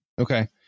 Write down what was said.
Okay